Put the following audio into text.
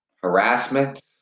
Harassment